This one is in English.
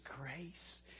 grace